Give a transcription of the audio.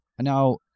now